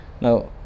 now